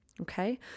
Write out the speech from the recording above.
Okay